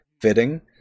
fitting